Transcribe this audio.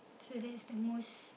so that's the most